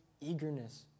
eagerness